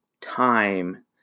time